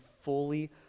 fully